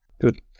Good